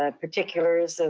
ah particulars, and